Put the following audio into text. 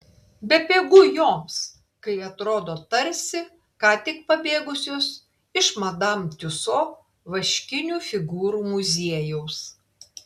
bepigu joms kai atrodo tarsi ką tik pabėgusios iš madam tiuso vaškinių figūrų muziejaus